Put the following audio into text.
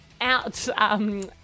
out